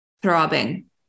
throbbing